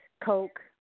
Coke